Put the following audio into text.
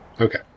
Okay